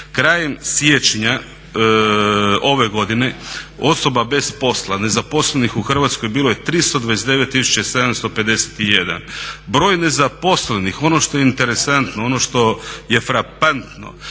Krajem siječnja ove godine osoba bez posla nezaposlenih u Hrvatskoj bilo je 329 751, broj nezaposlenih, ono što je interesantno, ono što je frapantno